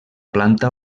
planta